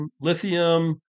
lithium